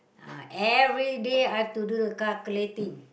uh everyday I have to do the calculating